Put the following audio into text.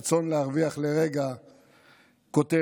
רצון להרוויח לרגע כותרת.